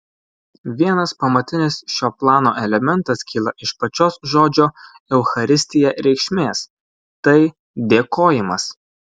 vienas pamatinis šio plano elementas kyla iš pačios žodžio eucharistija reikšmės tai dėkojimas